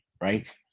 right